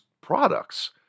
products